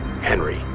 Henry